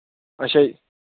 ਅੱਛਾ ਜੀ